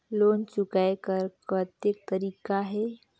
Loan चुकाय कर कतेक तरीका है?